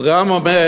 שר האוצר גם אומר,